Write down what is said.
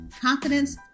Confidence